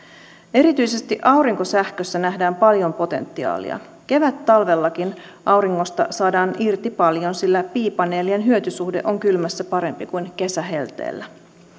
erityisesti aurinkosähkössä nähdään paljon potentiaalia kevättalvellakin auringosta saadaan irti paljon sillä piipaneelien hyötysuhde on kylmässä parempi kuin kesähelteellä